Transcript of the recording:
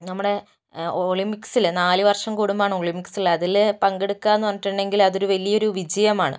നമ്മുടെ ഒളിമ്പിക്സിൽ നാലു വർഷം കൂടുമ്പോഴാണ് ഒളിമ്പിക്സില് അതില് പങ്കെടുക്കുക എന്നു പറഞ്ഞിട്ടുണ്ടെങ്കിൽ അതൊരു വലിയ ഒരു വിജയമാണ്